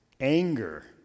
anger